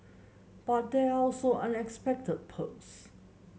but there are also unexpected perks